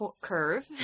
curve